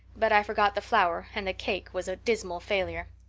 but i forgot the flour and the cake was a dismal failure.